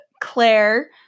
Claire